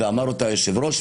ואמר אותה היושב-ראש,